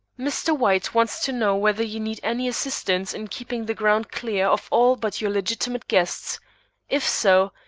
mr. white wants to know whether you need any assistance in keeping the grounds clear of all but your legitimate guests if so,